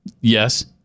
Yes